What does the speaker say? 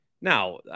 Now